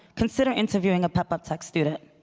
consider interviewing a pepup tech student.